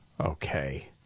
Okay